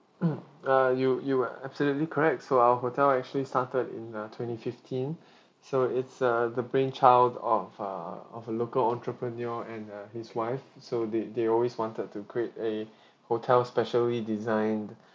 uh you you are absolutely correct so our hotel actually started in uh twenty fifteen so it's uh the brainchild of err of a local entrepreneur and uh his wife so they they always wanted to create a hotel specially designed